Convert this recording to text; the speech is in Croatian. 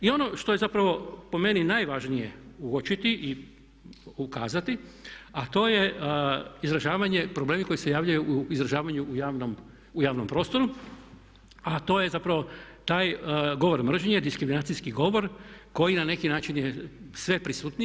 I ono što je zapravo po meni najvažnije uočiti i ukazati a to je izražavanje i problemi koji se javljaju u izražavanju u javnom prostoru a to je zapravo taj govor mržnje, diskriminacijski govor koji na neki način je sve prisutniji.